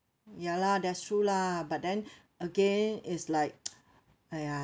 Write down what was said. ya lah that's true lah but then again it's like !aiya!